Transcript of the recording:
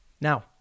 Now